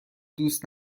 دوست